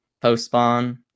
post-spawn